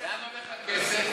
לאן הולך הכסף?